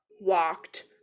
walked